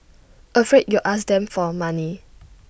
afraid you'll ask them for money